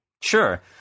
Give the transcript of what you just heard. Sure